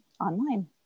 online